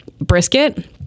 brisket